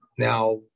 now